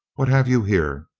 what have you here.